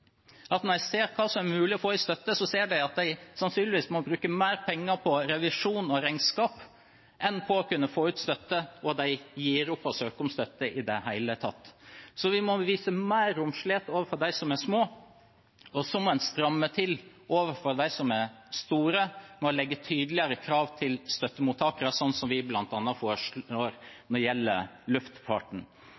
at når de ser hva det er mulig å få støtte, ser de at de sannsynligvis må bruke mer penger på revisjon og regnskap enn på å kunne få ut støtte, og de gir opp å søke om støtte i det hele tatt. Vi må vise større romslighet overfor dem som er små, og så må en stramme til overfor de store, ved å stille tydeligere krav til støttemottakerne, slik vi bl.a. foreslår